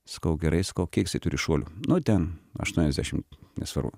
sakau gerai sakau kiek jisai turi šuolių nu ten aštuoniasdešim nesvarbu